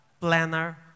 planner